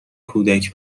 کودک